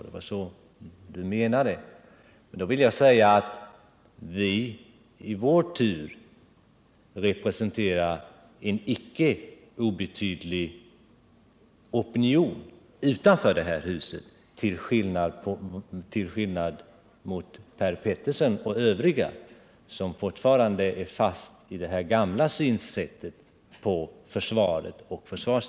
Då vill jag säga att vi representerar en icke obetydlig opinion utanför detta hus, till skillnad från Per Petersson och övriga som fortfarande är fast i det gamla synsättet på försvaret.